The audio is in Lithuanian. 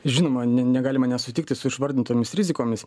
žinoma ne negalima nesutikti su išvardintomis rizikomis